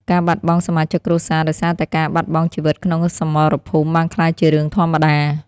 ការបាត់បង់សមាជិកគ្រួសារដោយសារតែការបាត់បង់ជីវិតក្នុងសមរភូមិបានក្លាយជារឿងធម្មតា។